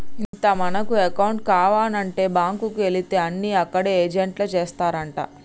ఇంత మనకు అకౌంట్ కావానంటే బాంకుకు ఎలితే అన్ని అక్కడ ఏజెంట్లే చేస్తారంటా